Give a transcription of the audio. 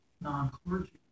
non-clergy